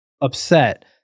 upset